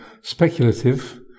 speculative